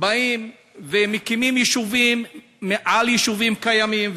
באים ומקימים יישובים מעל יישובים קיימים,